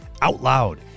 OUTLOUD